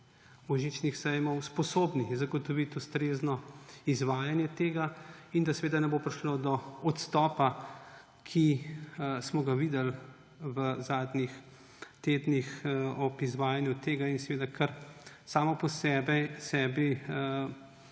božičnih sejmov sposobni zagotoviti ustrezno izvajanje tega in da ne bo prišlo do odstopa, ki smo ga videli v zadnjih tednih ob izvajanju tega, ki kar samo po sebi